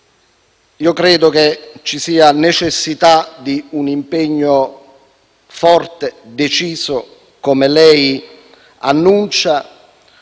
credo ci sia necessità di un impegno forte e deciso, come lei annuncia,